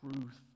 truth